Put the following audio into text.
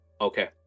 okay